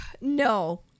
No